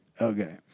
Okay